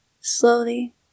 slowly